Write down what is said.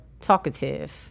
talkative